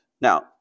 Now